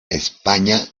españa